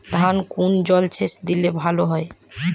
ধানে কোন জলসেচ দিলে ভাল হয়?